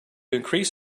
increase